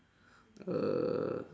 uh